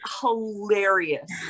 hilarious